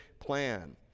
plan